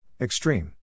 Extreme